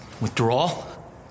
Withdrawal